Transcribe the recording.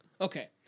Okay